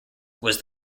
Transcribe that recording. was